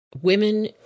Women